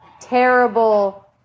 terrible